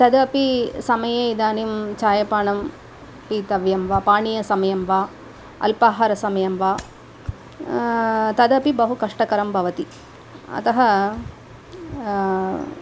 तदपी समये इदानीं चायपाणं पतव्यं वा पाणीयसमयं वा अल्पाहारसमयं वा तदपि बहुकष्टकरं भवति अतः